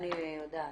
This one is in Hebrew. אני יודעת.